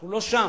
אנחנו לא שם.